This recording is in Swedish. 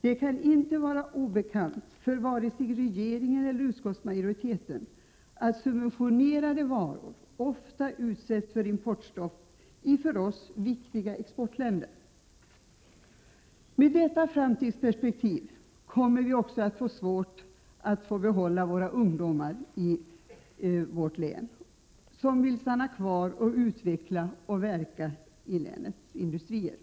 Det kan inte vara obekant för vare sig regeringen eller utskottsmajoriteten att subventionerade varor ofta utsätts för importstopp i för oss viktiga exportländer. Med detta framtidsperspektiv kommer det att bli svårt för oss att få våra ungdomar att stanna kvar i hembygden och att få dem att verka i och utveckla länets industrier.